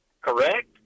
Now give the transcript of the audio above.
Correct